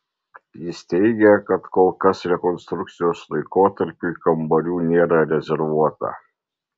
jis teigia kad kol kas rekonstrukcijos laikotarpiui kambarių nėra rezervuota